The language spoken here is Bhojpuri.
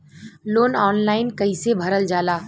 लोन ऑनलाइन कइसे भरल जाला?